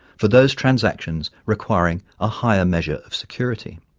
for those transactions requiring a higher measure of security.